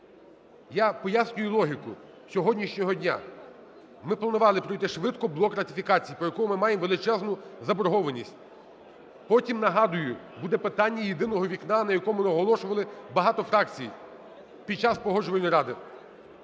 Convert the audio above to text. Я пояснюю логіку сьогоднішнього дня: ми планували пройти швидко блок ратифікацій, по якому ми маємо величезну заборгованість. Потім, нагадую, буде питання "єдиного вікна", на якому наголошували багато фракцій під час Погоджувальної ради.